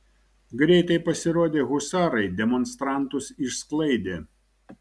greitai pasirodę husarai demonstrantus išsklaidė